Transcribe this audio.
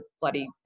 bloody